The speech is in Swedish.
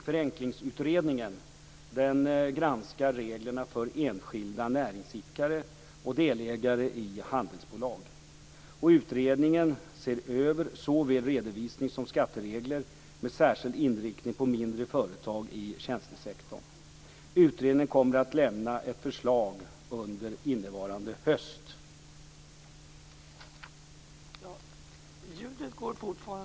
Förenklingsutredningen granskar reglerna för enskilda näringsidkare och delägare i handelsbolag. Utredningen ser över såväl redovisnings som skatteregler med särskild inriktning på mindre företag i tjänstesektorn. Utredningen kommer att lämna ett förslag under innevarande höst.